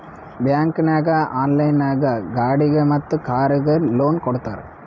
bank ನಾಗ್ online ನಾಗ್ ಗಾಡಿಗ್ ಮತ್ ಕಾರ್ಗ್ ಲೋನ್ ಕೊಡ್ತಾರ್